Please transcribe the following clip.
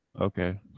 Okay